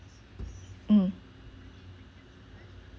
mm